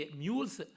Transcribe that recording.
mules